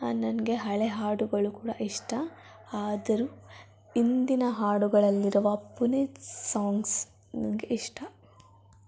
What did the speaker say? ನನಗೆ ಹಳೆಯ ಹಾಡುಗಳು ಕೂಡ ಇಷ್ಟ ಆದರೂ ಇಂದಿನ ಹಾಡುಗಳಲ್ಲಿರುವ ಪುನೀತ್ ಸಾಂಗ್ಸ್ ನನಗೆ ಇಷ್ಟ